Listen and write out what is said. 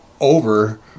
over